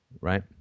right